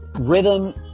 rhythm